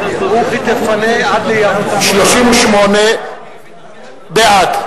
38 בעד,